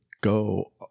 go